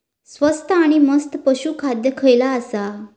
स्वस्त आणि मस्त पशू खाद्य खयला आसा?